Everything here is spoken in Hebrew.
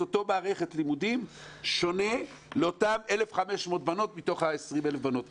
את אותה מערכת לימודים שונה לאותן 1,500 בנות מתוך ה-20,000 בנות?